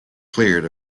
cleared